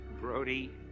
Brody